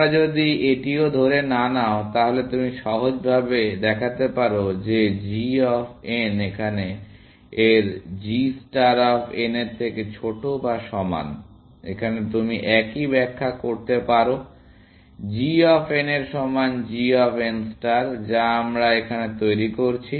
তোমরা যদি এটিও ধরে না নাও তাহলে তুমি সহজভাবে দেখাতে পারো যে g অফ n এখানে এর g ষ্টার অফ n এর থেকে ছোট বা সমান এখানে তুমি একই ব্যাখ্যা করতে পারো g অফ n এর সমান g অফ n ষ্টার যা আমরা এখানে তৈরি করছি